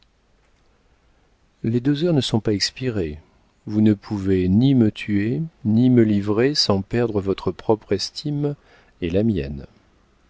les deux heures ne sont pas expirées vous ne pouvez ni me tuer ni me livrer sans perdre votre propre estime etla mienne